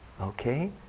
okay